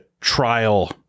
trial